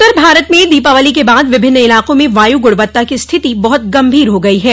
उत्तर भारत में दीपावली के बाद विभिन्न इलाकों में वायु ग्णवत्ता की स्थिति बहुत गंभीर हो गई है